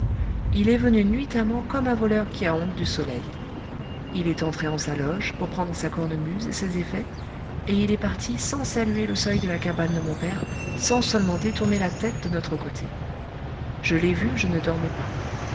il est venu nuitamment comme un voleur qui a honte du soleil il est entré en sa loge pour prendre sa cornemuse et ses effets et il est parti sans saluer le seuil de la cabane de mon père sans seulement détourner la tête de notre côté je l'ai vu je ne dormais pas